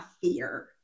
fear